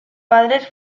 padres